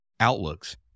outlooks